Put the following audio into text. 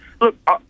Look